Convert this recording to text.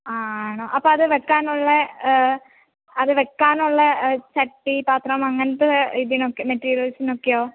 ആ ആണോ അപ്പോൾ അത് വെയ്ക്കാൻ ഉള്ള അത് വെയ്ക്കാൻ ഉള്ള ചട്ടി പാത്രം അങ്ങനത്തെ വേ ഇതിനൊക്കെ മെറ്റീരിയൽസിനൊക്കെയോ